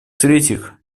третьих